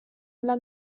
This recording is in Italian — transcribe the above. alla